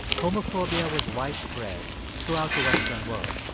homophobia was widespread throughout the western world.